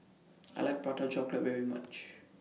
I like Prata Chocolate very much